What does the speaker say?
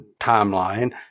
timeline